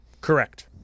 Correct